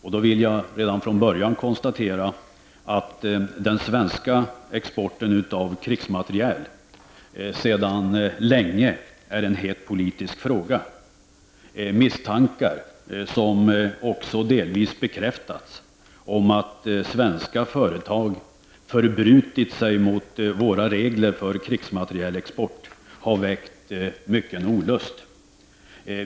Jag vill redan från början konstatera att den svenska exporten av krigsmateriel sedan länge är en het politisk fråga. Misstankar, som också delvis bekräftats, om att svenska företag förbrutit sig mot våra regler för krigsmaterielexport har väckt mycken olust.